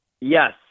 yes